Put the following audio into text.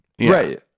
Right